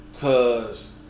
Cause